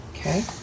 Okay